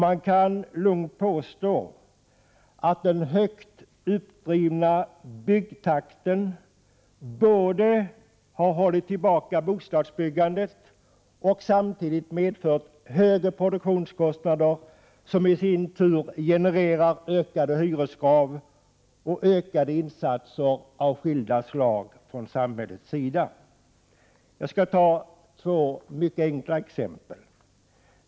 Man kan lugnt påstå att den högt uppdrivna byggtakten både har hållit tillbaka bostadsbyggandet och har medfört högre produktionskostnader, som i sin tur genererar ökade hyreskrav och ökade insatser av skilda slag från samhällets sida. Jag skall ta två mycket enkla exempel.